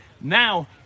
Now